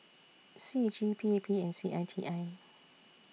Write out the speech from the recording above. C A G P P and C I T I